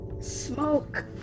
smoke